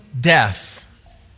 death